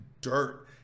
dirt